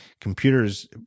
computers